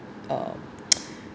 uh